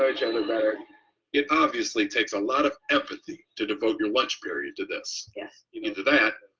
ah but it obviously takes a lot of empathy to devote your lunch period to this. yeah into that,